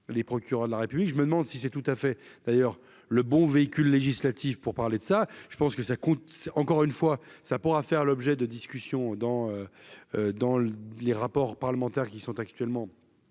les procureurs de la République, je me demande si c'est tout à fait d'ailleurs le bon véhicule législatif pour parler de ça, je pense que ça coûte encore une fois, ça pourra faire l'objet de discussions dans dans les rapports parlementaires qui sont actuellement